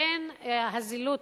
בין הזילות